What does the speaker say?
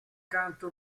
canto